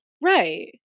Right